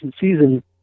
season